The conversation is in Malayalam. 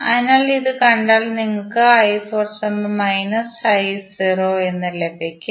അതിനാൽ ഇത് കണ്ടാൽ നിങ്ങൾക്ക് എന്ന് ലഭിക്കും